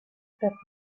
blick